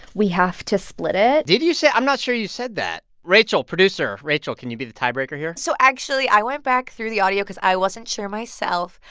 we have to split it? did you say i'm not sure you said that. rachel, producer rachel, can you be the tiebreaker here? so actually, i went back through the audio because i wasn't sure myself,